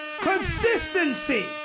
consistency